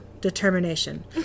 determination